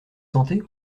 santé